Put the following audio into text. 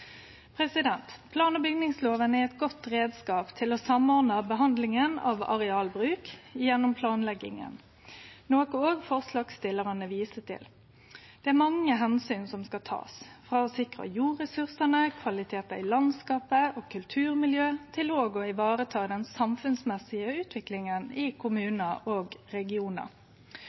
Plan- og bygningsloven er ein god reiskap til å samordne behandlinga av arealbruk gjennom planlegging, noko òg forslagsstillarane viser til. Det er mange omsyn som skal takast, frå å sikre jordressursane, kvalitetar i landskapet og kulturmiljø til òg å vareta den samfunnsmessige utviklinga i kommunar og regionar.